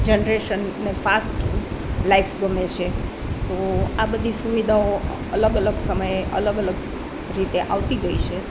જનરેશનને fast life ગમે છે તો આ બધી સુવિધાઓ અલગ અલગ સમયે અલગ અલગ રીતે આવતી હોય છે